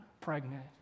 pregnant